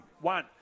one